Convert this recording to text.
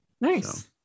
Nice